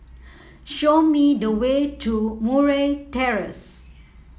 show me the way to Murray Terrace